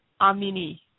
Amini